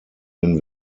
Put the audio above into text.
den